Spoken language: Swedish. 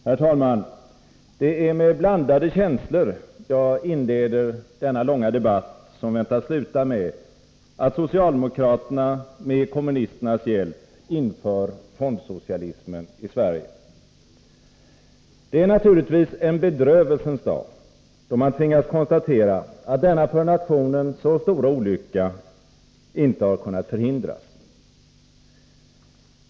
Herr talman! Det är med blandade känslor jag inleder denna debatt, som väntas sluta med att socialdemokraterna med kommunisternas hjälp inför fondsocialismen i Sverige. Det är naturligtvis en bedrövelsens dag, då man tvingas konstatera att denna för nationen så stora olycka inte har kunnat förhindras.